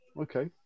Okay